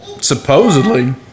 Supposedly